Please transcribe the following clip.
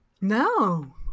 No